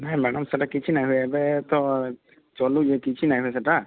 ନାଇଁ ମ୍ୟାଡ଼ାମ୍ ସେଇଟା କିଛି ନାଇଁ ଭାଇ ଏବେ ତ ଚଲୁଛେ କିଛି ନାଇଁ ସେଇଟା